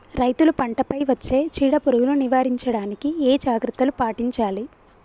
రైతులు పంట పై వచ్చే చీడ పురుగులు నివారించడానికి ఏ జాగ్రత్తలు పాటించాలి?